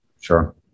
Sure